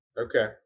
Okay